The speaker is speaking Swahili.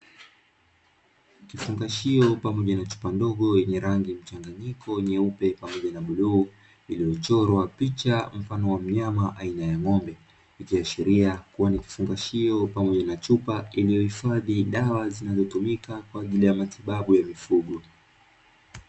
Kifungashio pamoja na chupa ndogo yenye rangi mchanganyiko nyeupe pamoja na bluu, iliyochorwa picha mfano wa mnyama aina ya ng'ombe; ikiashiria kuwa ni kifungashio pamoja na chupa iliyohifadhi dawa zinazotumika kwa ajili ya matibabu ya mifugo.